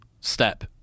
step